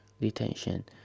detention